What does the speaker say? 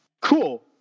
cool